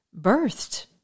birthed